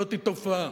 זאת תופעה